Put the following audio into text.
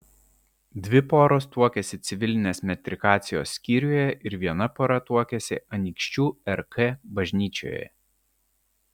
dvi poros tuokėsi civilinės metrikacijos skyriuje ir viena pora tuokėsi anykščių rk bažnyčioje